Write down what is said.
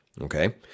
Okay